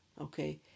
Okay